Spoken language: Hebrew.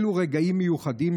אלו הם רגעים מיוחדים,